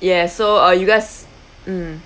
yes so uh you guys mm